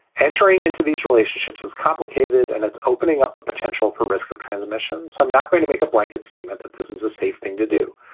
entering into these relationships is complicated and it's opening up the potential for risk of transmission. so i'm not going to make a blanket statement that this is a safe thing to do.